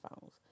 phones